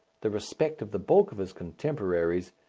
the respect of the bulk of his contemporaries,